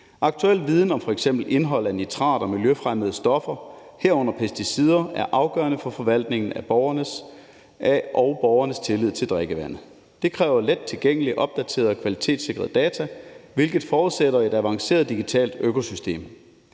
Aktuel viden om f.eks. indhold af nitrat og miljøfremmede stoffer, herunder pesticider, er afgørende for forvaltningen og borgernes tillid til drikkevandet. Det kræver lettilgængelig og opdateret kvalitetssikret data, hvilket forudsætter et avanceret digitalt økosystem.